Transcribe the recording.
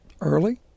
early